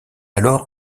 alors